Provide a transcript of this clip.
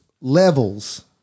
levels